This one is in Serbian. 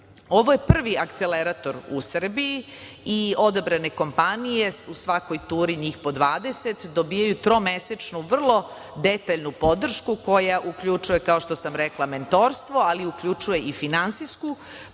je prvi akcelerator u Srbiji i odabrane kompanije, u svakoj turi njih po 20, dobijaju tromesečnu vrlo detaljnu podršku koja uključuje, kao što sam rekla, mentorstvo, ali uključuje i finansijsku